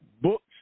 books